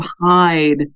hide